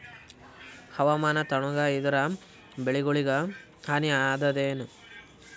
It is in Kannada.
ಹವಾಮಾನ ತಣುಗ ಇದರ ಬೆಳೆಗೊಳಿಗ ಹಾನಿ ಅದಾಯೇನ?